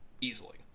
easily